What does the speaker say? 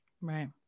Right